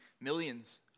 millions